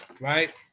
right